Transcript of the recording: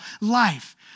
life